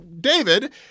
David